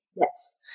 yes